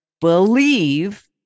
believe